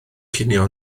cinio